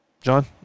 John